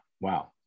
Wow